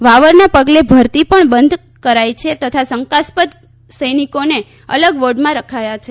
વાવરના પગલે ભરતી પણ બંધ કરાઇ છે તથા શંકાસ્પદ સૈનિકોને અલગ વોર્ડમાં રખાયા છે